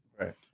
Right